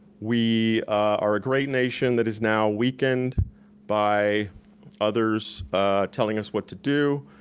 we are a great nation that is now weakened by others telling us what to do.